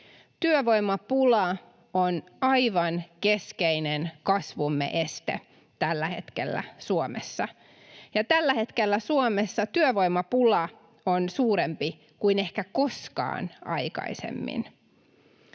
Työvoimapula on aivan keskeinen kasvumme este tällä hetkellä Suomessa, ja tällä hetkellä Suomessa työvoimapula on suurempi kuin ehkä koskaan aikaisemmin.